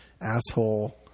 asshole